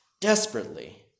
desperately